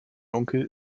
onkel